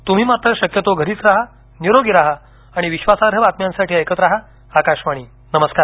तुम्ही मात्र शक्यतो घरीच राहा निरोगी राहा आणि विश्वासार्ह बातम्यांसाठी ऐकत राहा आकाशवाणी नमस्कार